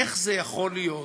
איך זה יכול להיות